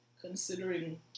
Considering